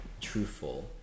truthful